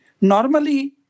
Normally